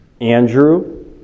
Andrew